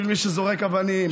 בשביל מי שזורק אבנים.